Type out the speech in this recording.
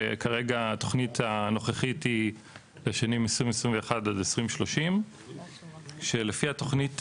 וכרגע התוכנית הנוכחית היא לשנים 2021 עד 2030. שלפי התוכנית,